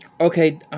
Okay